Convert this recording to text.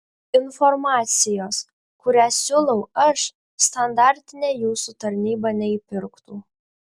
informacijos kurią siūlau aš standartinė jūsų tarnyba neįpirktų